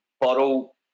bottle